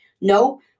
No